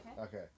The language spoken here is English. Okay